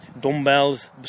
dumbbells